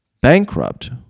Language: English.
bankrupt